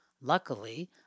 Luckily